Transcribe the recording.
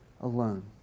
alone